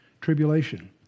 tribulation